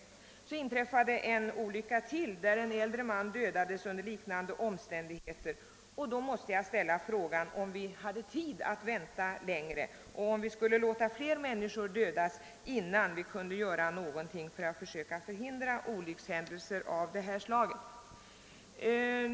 Emellertid inträffade ytterligare en olycka, där en äldre man dödades under liknande omständigheter. Med anledning därav måste jag ställa frågan, om vi hade tid att vänta längre och om vi skulle låta fler människor dödas, innan vi kunde göra någonting för att söka förhindra olyckshändelser av detta slag.